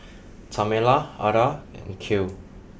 Tamela Adda and Cale